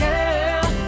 Girl